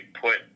put